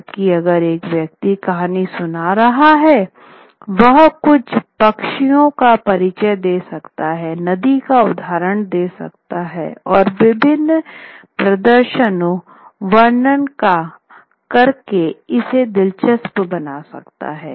जबकि अगर एक व्यक्ति कहानी सुना रहा है वह कुछ पक्षियों का परिचय दे सकता है नदी का उदहारण दे सकता है और विभिन्न प्रदर्शनों वर्णनका करके इसे दिलचसप बना सकता है